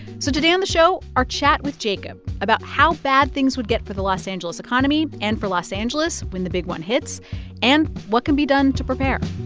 so today on the show our chat with jacob about how bad things would get for the los angeles economy and for los angeles when the big one hits and what can be done to prepare